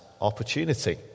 opportunity